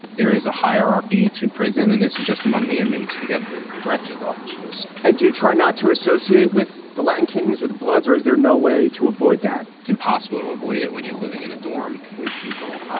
there is a hierarchy to prison. and this is just among the inmates. forget the corrections officers i do try not. to associate with the latin kings, with the bloods, or is there no way to avoid that? it's impossible to avoid it when you're living in a dorm with people.